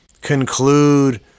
conclude